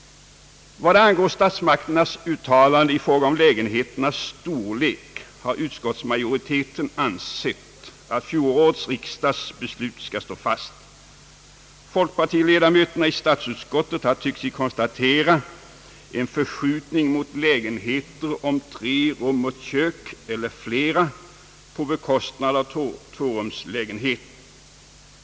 I vad angår statsmakternas uttalande i fråga om lägenheternas storlek har utskoitsmajoriteten ansett att beslutet av föregående års riksdag skall stå fast. Folkpartiledamöterna i statsutskottet har tyckt sig konstatera en förskjutning mot lägenheter om 3 rum och kök eller större på bekostnad av 2-rumslägenheterna.